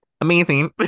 Amazing